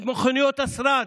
את מכוניות השרד,